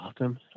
awesome